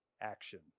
action